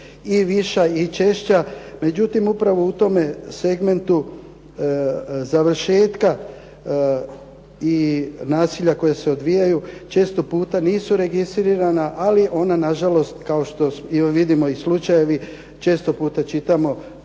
i viša i češća, međutim upravo u tome segmentu završetka i nasilja koje se odvijaju, često puta nisu registrirana, ali ona nažalost kao što vidimo i slučajevi, često puta čitamo